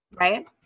right